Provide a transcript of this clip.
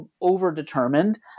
over-determined